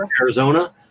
Arizona